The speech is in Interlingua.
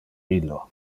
illo